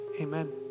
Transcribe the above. amen